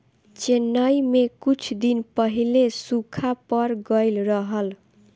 चेन्नई में कुछ दिन पहिले सूखा पड़ गइल रहल